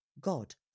God